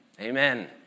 Amen